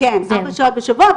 כן, ארבע שעות בשבוע.